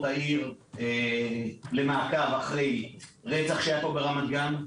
העיר למעקב אחרי רצח שהיה פה ברמת גן.